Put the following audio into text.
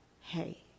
hey